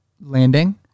landing